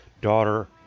daughter